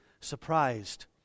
surprised